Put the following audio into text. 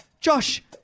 Josh